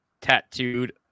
tattooed